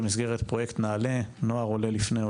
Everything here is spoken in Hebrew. במסגרת פרויקט נעל"ה, נוער עולה לפני עולים.